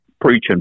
preaching